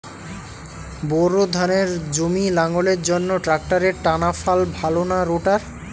Bore ধানের জমি লাঙ্গলের জন্য ট্রাকটারের টানাফাল ভালো না রোটার?